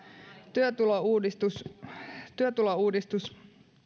työtulouudistus työtulouudistus